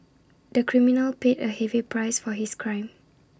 the criminal paid A heavy price for his crime